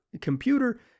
computer